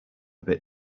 bit